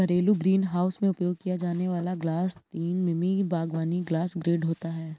घरेलू ग्रीनहाउस में उपयोग किया जाने वाला ग्लास तीन मिमी बागवानी ग्लास ग्रेड होता है